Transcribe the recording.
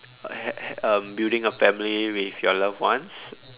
uh h~ h~ um building a family with your loved ones